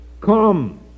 come